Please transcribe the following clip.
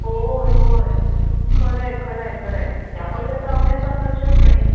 होय होय खरं आहे खरं आहे खरं आहे त्यामुळे त्याचा अभ्यासात लक्षच नाही